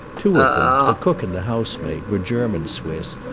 two of them, the cook and the housemaid, were german swiss,